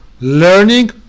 learning